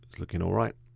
looking alright.